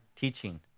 teaching